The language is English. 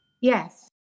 Yes